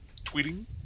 tweeting